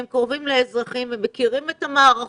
הם קרובים לאזרחים והם מכירים את המערכות